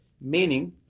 meaning